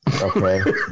Okay